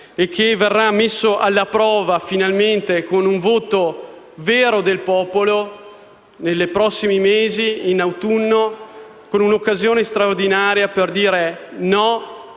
e che verrà messo alla prova, finalmente, con un voto vero del popolo nei prossimi mesi, in autunno, con una occasione straordinaria per dire no